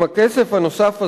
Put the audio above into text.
אם הכסף הנוסף הזה,